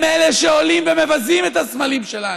הם אלה שעולים ומבזים את הסמלים שלנו,